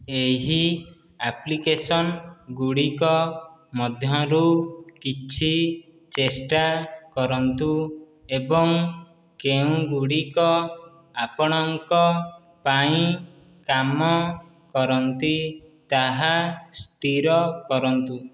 ଏହି ଆପ୍ଲିକେସନଗୁଡିକ ମଧ୍ୟରୁ କିଛି ଚେଷ୍ଟା କରନ୍ତୁ ଏବଂ କେଉଁଗୁଡ଼ିକ ଆପଣଙ୍କ ପାଇଁ କାମ କରନ୍ତି ତାହା ସ୍ଥିର କରନ୍ତୁ